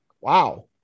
wow